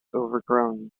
overgrown